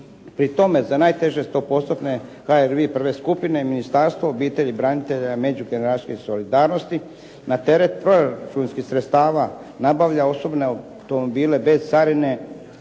Pri tome, za najteže 100%-tne HRVI I skupine Ministarstvo obitelji, branitelja i međugeneracijske solidarnosti na teret proračunskih sredstava nabavlja osobne automobile bez carine